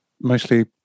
mostly